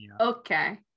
okay